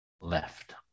left